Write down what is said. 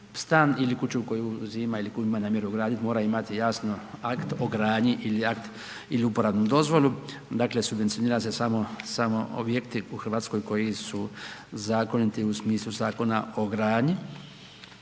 stan ili kuću koju uzima ili koju ima namjeru gradit mora imati jasno akt o gradnji ili akt ili uporabnu dozvolu, dakle, subvencionira se samo objekti u RH koji su zakoniti u smislu Zakona o gradnji,